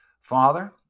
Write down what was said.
Father